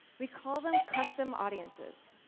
we call them custom audiences.